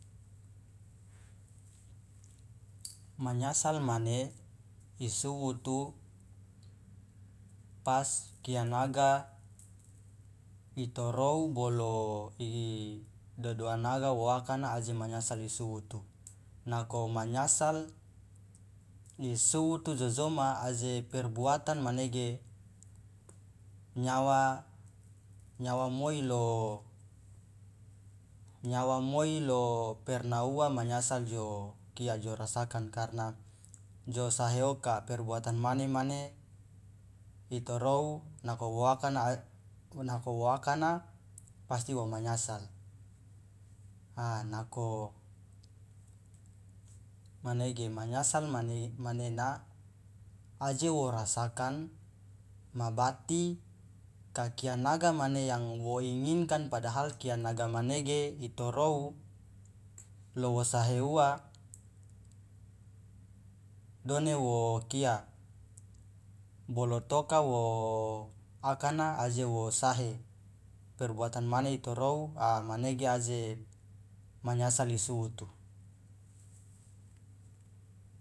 manyasal mane isuwutu pas kianaga itorou bolo i dowowanaga wa akana aje manyasal isuwutu nako manyasal isuwutu jojoma aje perbuatan manege nyawa nyawa moi lo nyawa moi lo perna uwa manyasal jo kia jo rasakan karna josahe oka karna perbuatan mane mane itorou nako wo akana nako wo akana pasti wo manyasal a nako manege manyasal mane manena aje wo rasakan ma bati ka kia naga mane yang wo inginkan padahal kia naga manege itorou lo wo sahe uwa done wo kia bolotoka wo akana aje wo sahe perbuatan mane itorou a manege aje manyasal isuwutu.